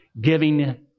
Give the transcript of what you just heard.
giving